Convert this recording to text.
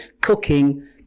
cooking